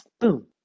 boom